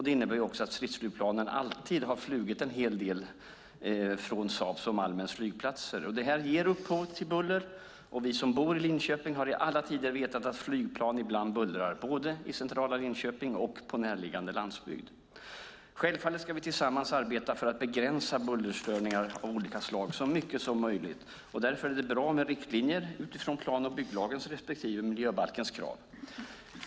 Det innebär också att stridsflygplanen alltid har flugit en hel del från Saabs och Malmens flygplatser, och det ger upphov till buller. Vi som bor i Linköping har i alla tider vetat att flygplan ibland bullrar, både i centrala Linköping och på närliggande landsbygd. Självfallet ska vi tillsammans arbeta för att begränsa bullerstörningar av olika slag så mycket som möjligt. Därför är det bra med riktlinjer utifrån plan och bygglagens respektive miljöbalkens krav.